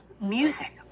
music